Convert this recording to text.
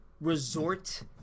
resort